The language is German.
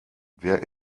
wer